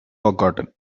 forgotten